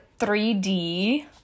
3D